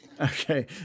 Okay